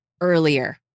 earlier